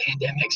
pandemics